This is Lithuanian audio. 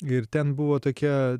ir ten buvo tokia